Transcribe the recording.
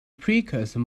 precursor